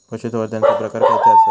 पशुसंवर्धनाचे प्रकार खयचे आसत?